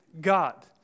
God